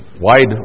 wide